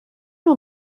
نوع